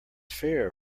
fair